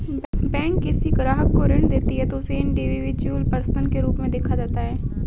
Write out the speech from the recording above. bank यदि किसी ग्राहक को ऋण देती है तो उसे इंडिविजुअल पर्सन के रूप में देखा जाता है